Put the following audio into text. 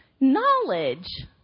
knowledge